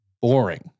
Boring